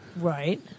Right